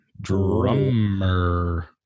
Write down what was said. Drummer